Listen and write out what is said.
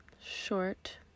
short